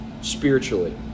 spiritually